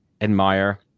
admire